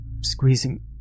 squeezing